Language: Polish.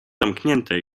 zamknięte